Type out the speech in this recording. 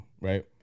right